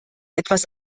etwas